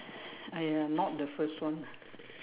!aiya! not the first one ah